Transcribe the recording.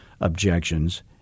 objections